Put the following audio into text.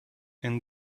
and